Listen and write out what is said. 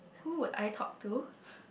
who would I talk to